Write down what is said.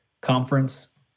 conference